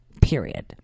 period